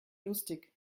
lustig